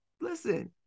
listen